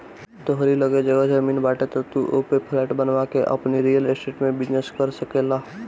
तोहरी लगे जगह जमीन बाटे तअ तू ओपे फ्लैट बनवा के आपन रियल स्टेट में बिजनेस कर सकेला